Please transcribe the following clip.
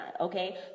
okay